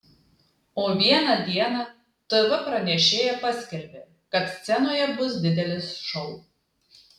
o vieną dieną tv pranešėja paskelbė kad scenoje bus didelis šou